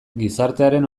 gizartearen